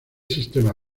sistema